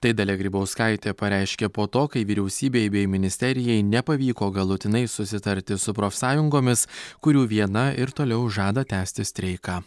tai dalia grybauskaitė pareiškė po to kai vyriausybei bei ministerijai nepavyko galutinai susitarti su profsąjungomis kurių viena ir toliau žada tęsti streiką